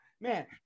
man